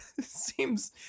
Seems